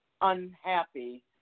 unhappy